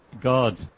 God